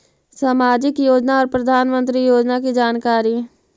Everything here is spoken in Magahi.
समाजिक योजना और प्रधानमंत्री योजना की जानकारी?